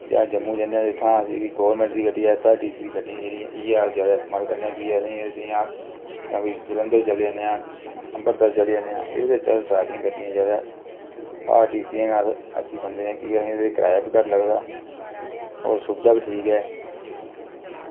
ते अस जम्मू जन्ने ते इत्थां अस गौरमैंट दी गड्डी एसआरटीसी गड्डी जेह्ड़ी इ'यै अस इस्तेमाल करने आं जां कोई जलंधर चली जन्ने आं जां अंबरसर चली जन्ने आं एह्दे बिच सारे इं'या ते आरटीसी दियां गै अस अच्छी समझने आं की के एह्दे ई कराया बी घट्ट लगदा होर सुविधा बी ठीक ऐ